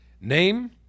Name